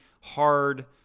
hard